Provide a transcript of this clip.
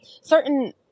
certain